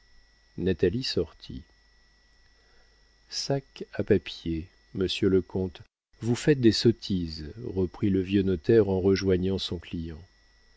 natalie sortit sac à papier monsieur le comte vous faites des sottises reprit le vieux notaire en rejoignant son client